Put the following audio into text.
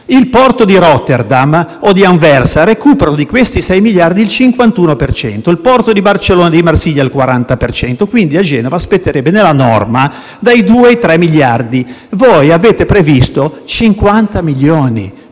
Il porto di Rotterdam o di Anversa recuperano di questi 6 miliardi il 51 per cento; il porto di Barcellona e di Marsiglia il 40 per cento. Quindi a Genova spetterebbero, nella norma, dai 2 ai 3 miliardi. Voi avete previsto 50 milioni: